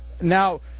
Now